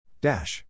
Dash